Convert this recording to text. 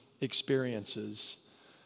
experiences